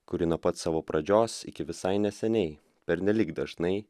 kuri nuo pat savo pradžios iki visai neseniai pernelyg dažnai